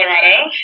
Colorado